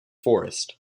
forests